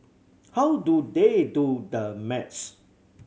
how do they do the maths